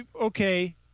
Okay